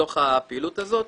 בתוך הפעילות הזאת.